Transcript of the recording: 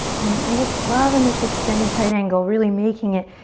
and i just love in this extended side angle really making it